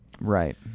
Right